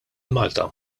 malta